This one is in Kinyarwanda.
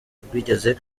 rwigeze